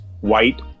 white